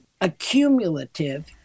accumulative